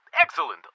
excellent